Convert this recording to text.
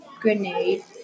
Grenade